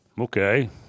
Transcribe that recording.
Okay